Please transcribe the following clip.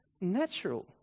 natural